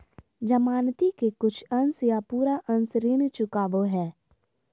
जमानती के कुछ अंश या पूरा अंश ऋण चुकावो हय